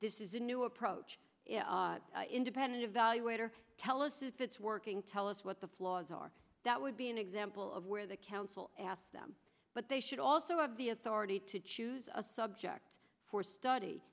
this is a new approach independent evaluator tell us if it's working tell us what the flaws are that would be an example of where the council asked them but they should also have the authority to choose a subject for study